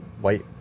white